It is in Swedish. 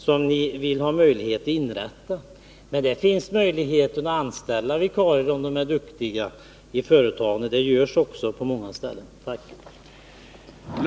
Det finns emellertid möjlighet att i företagen anställa vikarier, om de är duktiga. Det görs också på många håll.